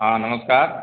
हाँ नमस्कार